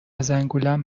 زنگولم